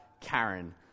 Karen